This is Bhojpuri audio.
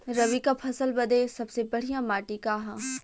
रबी क फसल बदे सबसे बढ़िया माटी का ह?